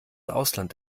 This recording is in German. ausland